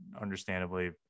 understandably –